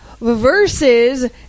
versus